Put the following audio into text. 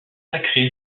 sacré